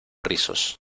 rizos